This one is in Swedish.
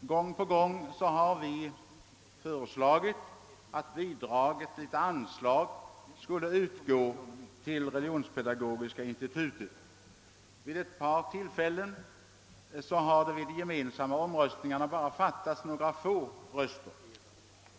Gång på gång har vi motionerat om att ett anslag skulle utgå till Religionspedagogiska institutet. Vid ett par tillfällen har det vid de gemensamma omröstningarna bara fattats några få röster för att förslaget skulle bifallas.